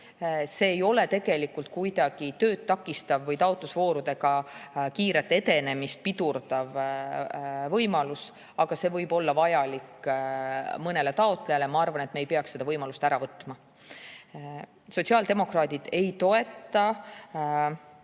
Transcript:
see ei oleks tegelikult kuidagi tööd takistav või taotlusvoorudega kiiret edenemist pidurdav võimalus, aga see võib olla mõnele taotlejale väga vajalik. Ma arvan, et me ei peaks seda võimalust ära võtma. Sotsiaaldemokraadid ei toeta